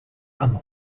and